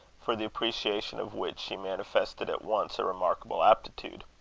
for the appreciation of which she manifested at once a remarkable aptitude.